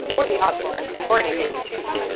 or the object, or anything you choose.